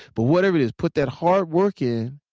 but whatever it is, put that hard work in